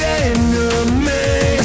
enemy